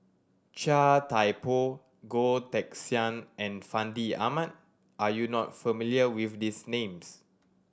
Chia Thye Poh Goh Teck Sian and Fandi Ahmad are you not familiar with these names